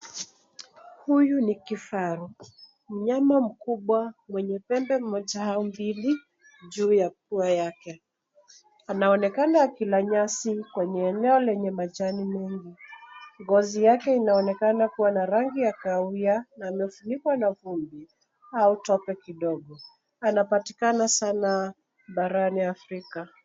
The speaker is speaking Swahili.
Huyu ni kifaru, mnyama mkubwa mwenye pembe moja au mbili, juu ya pua yake. Anaonekana akila nyasi kwenye eneo lenye majani mengi, ngozi yake inaonekana kuwa na rangi ya kahawia na amefunikwa na vumbi au tope kidogo. Anapatikana sana barani Afrika.